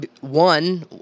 One